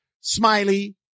Smiley